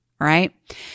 right